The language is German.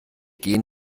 gehen